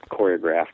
choreographed